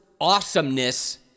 awesomeness